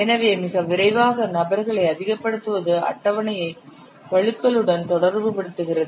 எனவே மிக விரைவாக நபர்களை அதிகப்படுத்துவது அட்டவணையை வழுக்கலுடன் தொடர்புபடுத்துகிறது